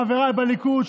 חבריי בליכוד,